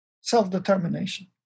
self-determination